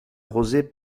arrosée